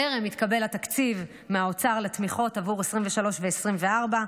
טרם התקבל התקציב מהאוצר לתמיכות עבור 2023 ו-2024,